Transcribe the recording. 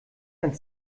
ein